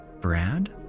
Brad